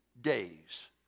days